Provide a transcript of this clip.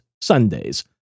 Sundays